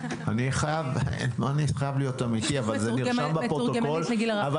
זה נרשם בפרוטוקול,